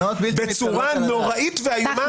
בצורה נוראית ואיומה.